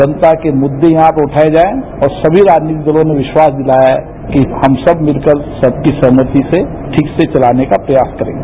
जनता के मुद्दे यहां पर उठाये जाएं और सभी राजनीतिक दलों ने विखास दिलाया है कि हम सब मिलकर सबकी सहमति से ठीक से चलाने का प्रयास करेंगे